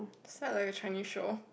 is that like a Chinese show